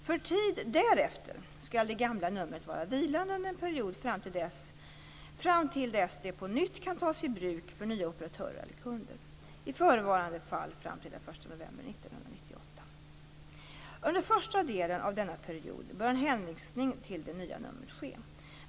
För tid därefter skall det gamla numret vara vilande under en period fram till dess att det på nytt kan tas i bruk för nya operatörer eller kunder, i förevarande fall fram till den 1 november 1998. Under första delen av denna period bör en hänvisning till det nya numret ske.